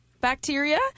bacteria